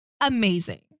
amazing